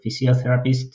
physiotherapist